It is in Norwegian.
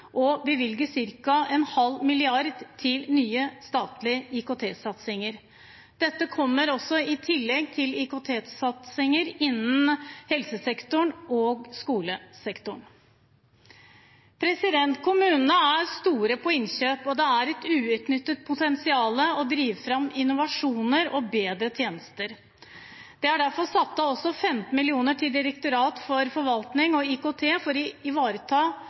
og bevilger ca. 0,5 mrd. kr til nye statlige IKT-satsinger. Dette kommer i tillegg til IKT-satsinger innen helsesektoren og skolesektoren. Kommunene er store på innkjøp, og det er et uutnyttet potensial for å drive fram innovasjoner og bedre tjenester. Det er derfor satt av 15 mill. kr til Direktoratet for forvaltning og IKT for å ivareta